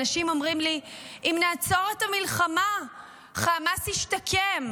אנשים אומרים לי: אם נעצור את המלחמה חמאס ישתקם.